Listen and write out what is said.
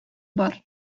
бар